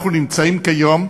אנחנו נמצאים כיום,